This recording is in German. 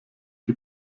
die